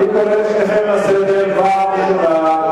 אני קורא את שניכם לסדר פעם ראשונה.